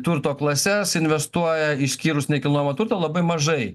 turto klases investuoja išskyrus nekilnojamo turto labai mažai